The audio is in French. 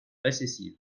récessive